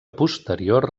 posterior